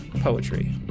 poetry